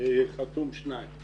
שחתום בין שניים,